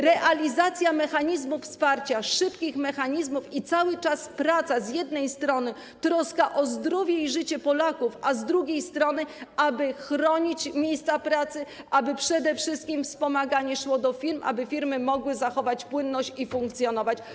Realizacja mechanizmów wsparcia, działających szybko mechanizmów i cały czas praca: z jednej strony troska o zdrowie i życie Polaków, a z drugiej strony dążenie, aby chronić miejsca pracy, aby przede wszystkim wspomaganie szło do firm, aby firmy mogły zachować płynność i funkcjonować.